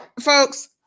folks